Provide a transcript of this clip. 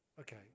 Okay